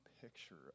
picture